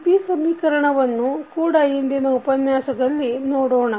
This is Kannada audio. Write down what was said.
ಸ್ಥಿತಿ ಸಮೀಕರಣವನ್ನು ಕೂಡ ಇಂದಿನ ಉಪನ್ಯಾಸದಲ್ಲಿ ನೋಡೋಣ